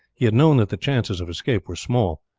he had known that the chances of escape were small,